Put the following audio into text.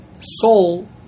soul